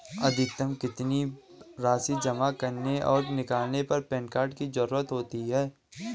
अधिकतम कितनी राशि जमा करने और निकालने पर पैन कार्ड की ज़रूरत होती है?